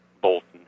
Bolton